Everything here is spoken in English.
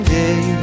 day